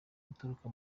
uturuka